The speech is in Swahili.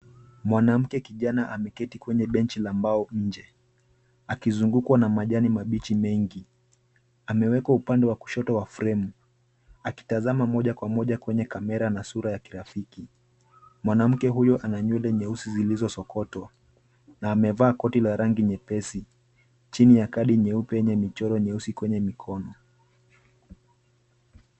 Mwanamke kijana ameketi kwenye benchi la mbao nje, akizungukwa na majani mabichi mengi. Amewekwa upande wa kushoto wa fremu, akitazama moja kwa moja kwenye kamera na sura ya kirafiki. Mwanamke huyo ana nywele nyeusi zilizosokotwa na amevaa koti la rangi nyepesi, chini ya kadi nyeupe yenye michoro nyeusi kwenye mikono.